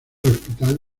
hospital